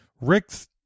Rick's